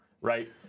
right